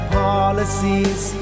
policies